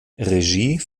regie